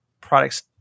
products